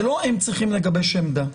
זה לא שהם צריכים לגבש עמדה.